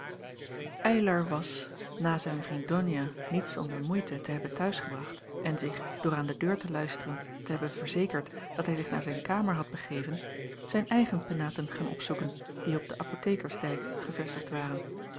eylar was na zijn vriend donia niet zonder moeite te hebben t'huis gebracht en zich door aan de deur te luisteren te hebben verzekerd dat hij zich naar zijn kamer had begeven zijn eigen penaten gaan opzoeken die op den apothecarsdijk gevestigd waren